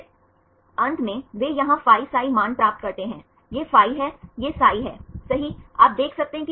K साधन clustering है कि वे नॉन रेडंडान्त अनुक्रम प्राप्त करने के लिए एक क्लस्टरिंग तकनीक का सही उपयोग करते हैं